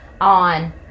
on